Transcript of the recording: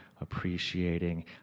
appreciating